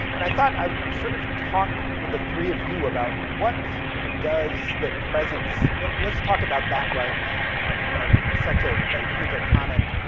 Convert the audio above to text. and i thought i would sort of talk with the three of you about what does the presence, let's let's talk about that right now, of of such a ah huge iconic